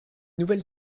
nouvelle